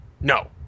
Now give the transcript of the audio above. No